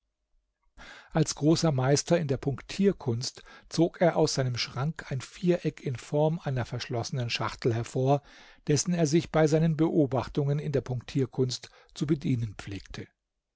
als großer meister in der punktierkunst zog er aus seinem schrank ein viereck in form einer verschlossenen schachtel hervor dessen er sich bei seinen beobachtungen in der punktierkunst zu bedienen pflegte